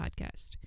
Podcast